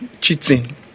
cheating